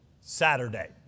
Saturday